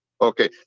Okay